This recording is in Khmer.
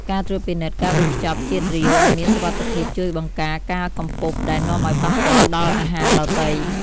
ការត្រួតពិនិត្យការវេចខ្ចប់ជាតិរាវឱ្យមានសុវត្ថិភាពជួយបង្ការការកំពប់ដែលនាំឱ្យប៉ះពាល់ដល់អាហារដទៃ។